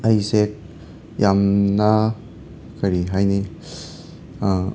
ꯑꯩꯁꯦ ꯌꯥꯝꯅ ꯀꯔꯤ ꯍꯥꯏꯅꯤ